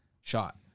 shot